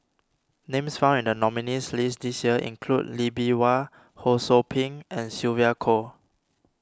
names found in the nominees' list this year include Lee Bee Wah Ho Sou Ping and Sylvia Kho